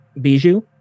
Bijou